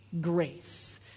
grace